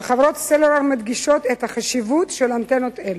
שחברות הסלולר מדגישות את החשיבות של אנטנות אלה.